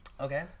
Okay